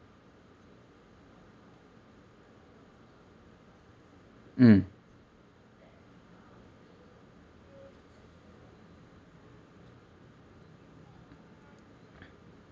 mm